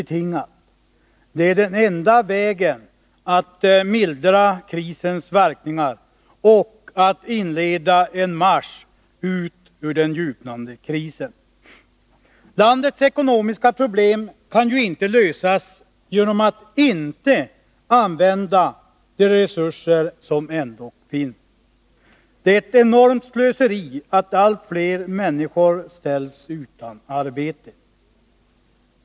Att uppfylla dem är den enda vägen att mildra krisens verkningar och att inleda en marsch ut ur den djupnande krisen. Landets ekonomiska problem kan ju inte lösas genom att vi inte använder de resurser som ändå finns. Det är ett enormt slöseri att allt fler människor ställs utan arbete.